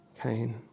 Cain